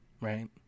right